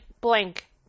blank